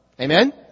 Amen